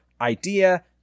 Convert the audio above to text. idea